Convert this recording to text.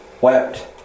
wept